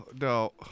no